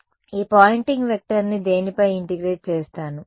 నేను ఈ పాయింటింగ్ వెక్టార్ని దేనిపై ఇంటిగ్రేట్ చేస్తాను